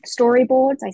storyboards